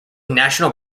national